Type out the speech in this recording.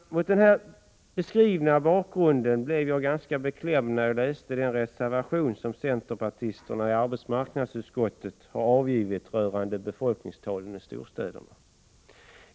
Mot den här beskrivna bakgrunden blev jag ganska beklämd när jag läste den reservation som centerpartisterna i arbetsmarknadsutskottet avgivit rörande befolkningstalen i storstäderna.